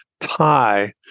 tie